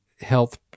health